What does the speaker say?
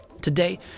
Today